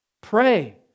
Pray